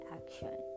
action